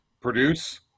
Produce